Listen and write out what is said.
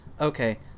Okay